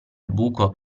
buco